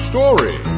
story